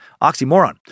oxymoron